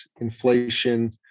inflation